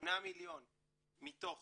ש-8 מיליון מתוך